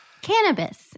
Cannabis